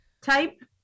type